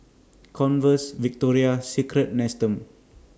Converse Victoria Secret Nestum